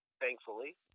thankfully